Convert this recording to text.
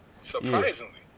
Surprisingly